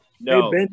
No